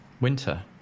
winter